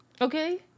Okay